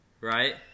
right